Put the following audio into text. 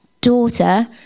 daughter